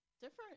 different